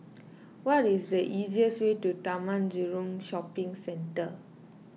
what is the easiest way to Taman Jurong Shopping Centre